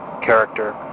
character